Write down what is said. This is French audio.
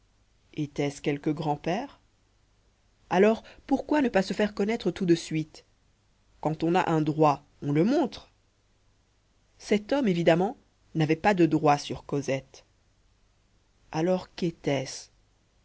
était-ce quelque grand-père alors pourquoi ne pas se faire connaître tout de suite quand on a un droit on le montre cet homme évidemment n'avait pas de droit sur cosette alors qu'était-ce